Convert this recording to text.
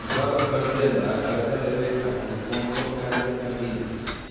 घर खरीदे ला कर्जा लेवे खातिर कौन कौन कागज लागी?